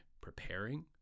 preparing